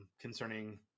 concerning